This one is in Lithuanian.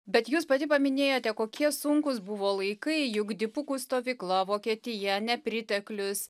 bet jūs pati paminėjote kokie sunkūs buvo laikai juk dipukų stovykla vokietija nepriteklius